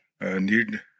need